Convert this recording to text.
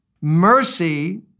Mercy